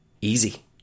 Easy